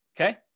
okay